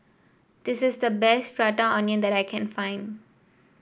this is the best Prata Onion that I can find